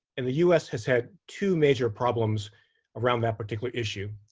and the us has had two major problems around that particular issue.